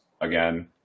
again